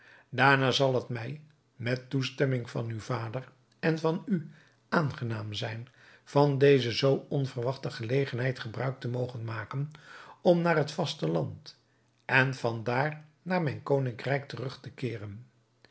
daarna zal het mij met toestemming van uw vader en van u aangenaam zijn van deze zoo onverwachte gelegenheid gebruik te mogen maken om naar het vasteland en van daar naar mijn koningrijk terug te keeren